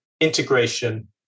integration